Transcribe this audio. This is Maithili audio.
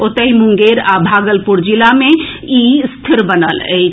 ओतहि मुंगेर आ भागलपुर जिला मे ई स्थिर बनल अछि